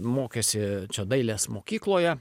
mokėsi čia dailės mokykloje